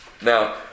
Now